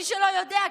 מי שלא יודע,